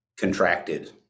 contracted